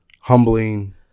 humbling